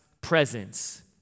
presence